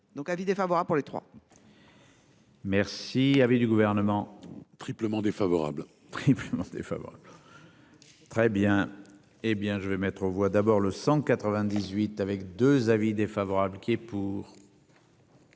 donc avis défavorable pour les trois. Merci avait du gouvernement triplement défavorable triplement défavorable. Très bien. Eh bien je vais mettre aux voix d'abord le 198 avec 2 avis défavorable qui est pour.